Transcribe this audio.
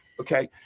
okay